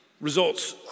results